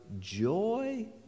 joy